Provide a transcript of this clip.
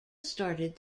started